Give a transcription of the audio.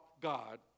God